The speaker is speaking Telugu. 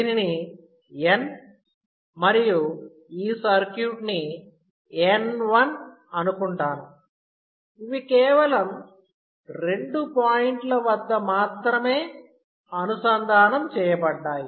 దీనిని N మరియు ఈ సర్క్యూట్ ని N1 అనుకుంటాను ఇవి కేవలం రెండు పాయింట్ల వద్ద మాత్రమే అనుసంధానం చేయబడ్డాయి